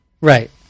Right